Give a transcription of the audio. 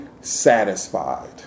satisfied